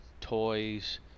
toys